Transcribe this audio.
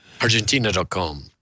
Argentina.com